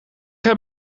heb